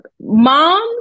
moms